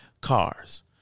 cars